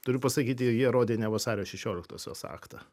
turiu pasakyti jie rodė ne vasario šešioliktosios aktą